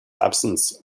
absence